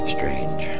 Strange